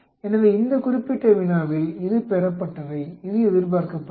எனவே இந்த குறிப்பிட்ட வினாவில் இது பெறப்பட்டவை இது எதிர்பார்க்கப்பட்டவை